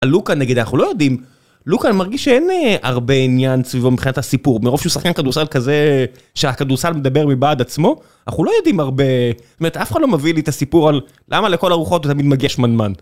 הלוקה נגיד, אנחנו לא יודעים. לוקה, אני מרגיש שאין הרבה עניין סביבו מבחינת הסיפור. במרוב שהוא שחקן כדורסל כזה, שהכדורסל מדבר מבעד עצמו, אנחנו לא יודעים הרבה... זאת אומרת, אף אחד לא מביא לי את הסיפור על: למה לכל הרוחות תמיד מגיש שמנמן.